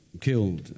killed